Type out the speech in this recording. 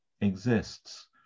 exists